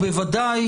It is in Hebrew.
לדעתי,